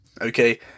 okay